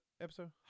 episode